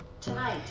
Tonight